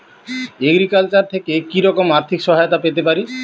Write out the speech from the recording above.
Agriculture থেকে কি রকম আর্থিক সহায়তা পেতে পারি?